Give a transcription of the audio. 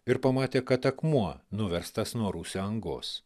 ir pamatė kad akmuo nuverstas nuo rūsio angos